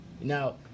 Now